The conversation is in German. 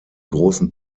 großen